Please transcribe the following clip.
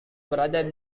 berada